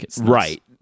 Right